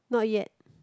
not yet